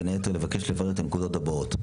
בין היתר, נבקש לברר את הנקודות הבאות: